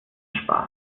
spaß